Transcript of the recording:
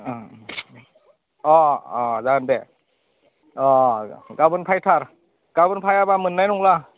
ओं अ अ जागोन दे अ गाबोन फैथार गाबोन फैयाब्ला मोननाय नंला